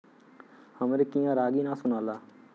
हमरे कियन रागी नही सुनाला